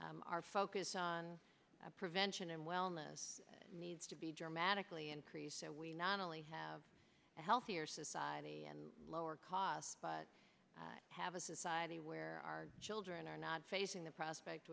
our focus on prevention and wellness needs to be dramatically increased so we not only have a healthier society and lower costs but have a society where our children are not facing the prospect